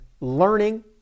learning